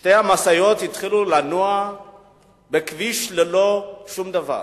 שתי המשאיות התחילו לנוע בכביש ללא שום דבר.